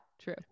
True